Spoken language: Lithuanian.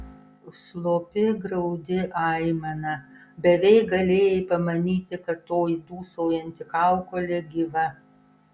slopi graudi aimana beveik galėjai pamanyti kad toji dūsaujanti kaukolė gyva